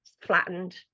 flattened